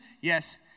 yes